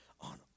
on